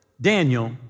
Daniel